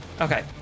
Okay